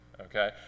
okay